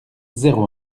zéro